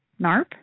NARP